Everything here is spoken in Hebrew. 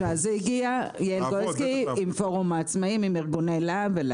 זה הגיע מפורום העצמאים ומארגוני לה"ב.